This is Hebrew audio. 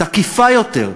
תקיפה יותר,